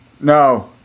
No